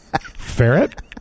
Ferret